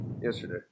Yesterday